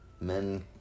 Men